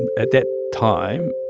and at that time,